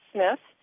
Smith